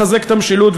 לחזק את המשילות.